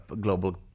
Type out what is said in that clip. global